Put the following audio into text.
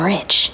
Rich